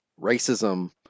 racism